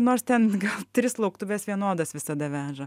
nors ten gal tris lauktuves vienodas visada veža